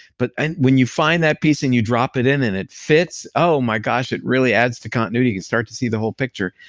but and when you find that piece and you drop it in and it fits, oh my gosh it really adds to continuity. you can start to see the whole picture.